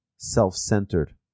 Self-centered